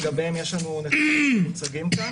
לגביהם יש לנו נתונים שמוצגים כאן.